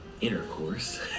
intercourse